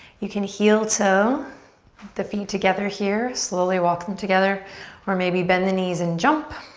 you can heel-toe the feet together here. slowly walk them together or maybe bend the knees and jump.